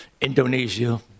Indonesia